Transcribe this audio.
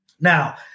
Now